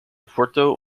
puerto